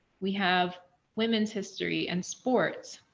we have women's history and sports,